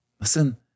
Listen